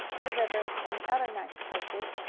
the river and the other nice places,